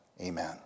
Amen